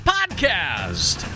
Podcast